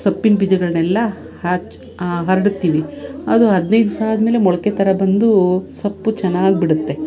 ಸೊಪ್ಪಿನ ಬೀಜಗಳನ್ನೆಲ್ಲ ಹಾಕಿ ಹರಡ್ತೀವಿ ಅದು ಹದ್ನೈದು ದಿನ ಆದಮೇಲೆ ಮೊಳಕೆ ಥರ ಬಂದು ಸೊಪ್ಪು ಚೆನ್ನಾಗಿ ಬಿಡುತ್ತೆ